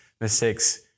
mistakes